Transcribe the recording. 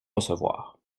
recevoir